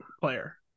player